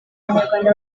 abanyarwanda